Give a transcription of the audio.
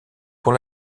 pour